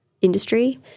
industry